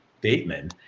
Bateman